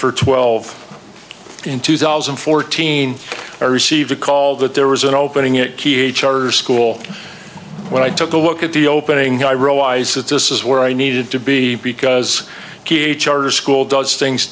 for twelve in two thousand and fourteen i received a call that there was an opening it key a charter school when i took a look at the opening i realized that this is where i needed to be because keith charter school does things